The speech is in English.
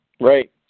Right